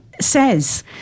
Says